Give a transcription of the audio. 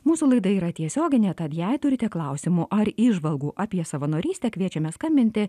mūsų laida yra tiesioginė tad jei turite klausimų ar įžvalgų apie savanorystę kviečiame skambinti